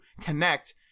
connect